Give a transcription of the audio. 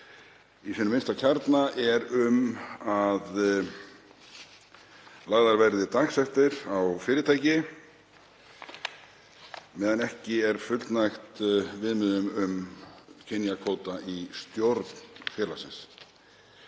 Í sínum innsta kjarna er það um að lagðar verði dagsektir á fyrirtæki meðan ekki er fullnægt viðmiðum kynjakvóta í stjórn félags.